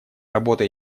работа